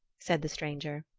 said the stranger.